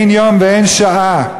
אין יום ואין שעה,